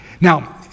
Now